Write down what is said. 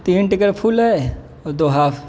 تین ticket full ہے اور دو ہاف